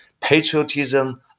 patriotism